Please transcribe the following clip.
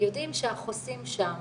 יודעים שהחוסים שם